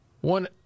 One